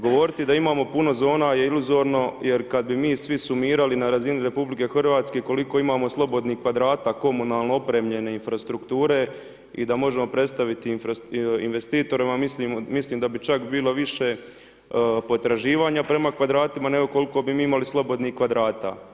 Govoriti da imamo puno zona je iluzorno, jer kada bi mi svi sumirali na razini Republike Hrvatske koliko imamo slobodnih kvadrata komunalno opremljene infrastrukture i da možemo predstaviti investitorima, mislim da bi čak bilo više potraživanja prema kvadratima nego koliko bi mi imali slobodnih kvadrata.